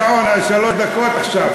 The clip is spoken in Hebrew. שיחזירו את השעון, השעון על שלוש דקות עכשיו.